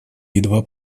едва